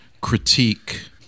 critique